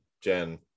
Jen